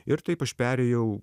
ir taip aš perėjau